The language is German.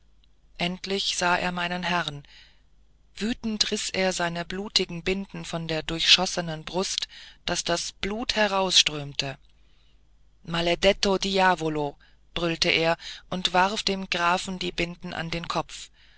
endlich sah er meinen herrn wütend riß er seine blutigen binden von der durchschossenen brust daß das blut herausströmte maledetto diavolo brüllte er und warf dem grafen die binden an den kopf